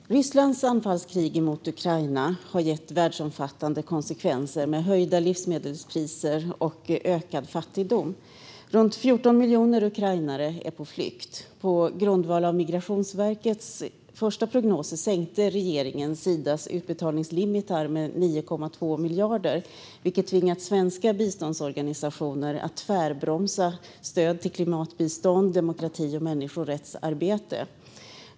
Fru talman! Rysslands anfallskrig mot Ukraina har gett världsomfattande konsekvenser, med höjda livsmedelspriser och ökad fattigdom. Runt 14 miljoner ukrainare är på flykt. På grundval av Migrationsverkets första prognoser sänkte regeringen Sidas utbetalningslimiter med 9,2 miljarder, vilket har tvingat svenska biståndsorganisationer att tvärbromsa stöd till klimatbistånd, demokrati och människorättsarbete.